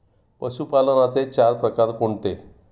पशुपालनाचे चार प्रकार कोणते?